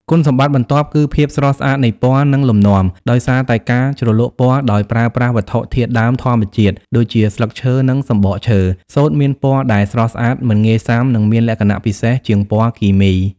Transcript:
គុណសម្បត្តិបន្ទាប់គឺ ភាពស្រស់ស្អាតនៃពណ៌និងលំនាំ ដោយសារតែការជ្រលក់ពណ៌ដោយប្រើប្រាស់វត្ថុធាតុដើមធម្មជាតិដូចជាស្លឹកឈើនិងសំបកឈើ សូត្រមានពណ៌ដែលស្រស់ស្អាត មិនងាយសាំ និងមានលក្ខណៈពិសេសជាងពណ៌គីមី។